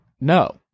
no